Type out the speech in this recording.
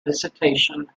visitation